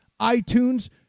iTunes